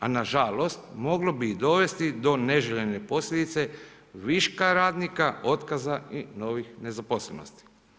A nažalost, moglo bi dovesti i do neželjene posljedice viška radnika, otkaza i novih nezaposlenosti.